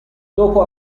dopo